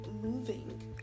moving